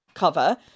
cover